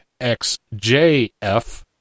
xjf